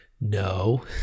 no